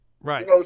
Right